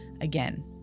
again